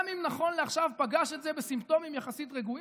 גם אם נכון לעכשיו הוא פגש את זה בסימפטומים יחסית רגועים?